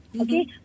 okay